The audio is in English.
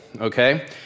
Okay